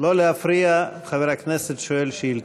לא להפריע לחבר הכנסת ששואל שאילתה.